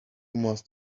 must